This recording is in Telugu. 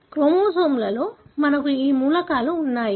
క్రోమోజోమ్లలో మనకు ఈ మూలకాలు ఉన్నాయి